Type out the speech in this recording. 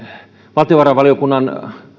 valtiovarainvaliokunnan